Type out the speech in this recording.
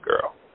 girl